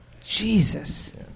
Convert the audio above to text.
Jesus